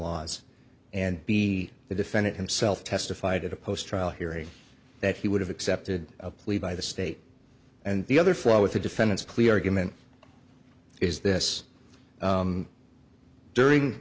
laws and b the defendant himself testified at a post trial hearing that he would have accepted a plea by the state and the other four with the defendant's plea argument is this during